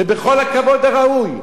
ובכל הכבוד הראוי.